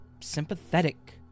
sympathetic